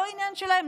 לא עניין שלהם,